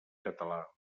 català